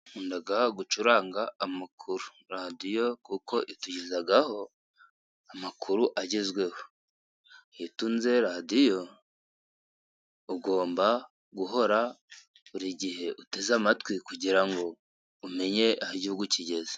Nkunda gucuranga amakuru, radiyo kuko itugezaho amakuru agezweho. Utunze radiyo ugomba guhora buri gihe uteze amatwi kugira ngo umenye aho igihugu kigeze.